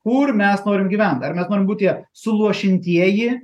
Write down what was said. kur mes norim gyvent ar mes norim būt tie suluošintieji